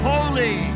Holy